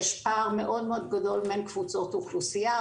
יש פער מאוד מאוד גדול בין קבוצות אוכלוסייה,